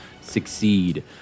succeed